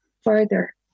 further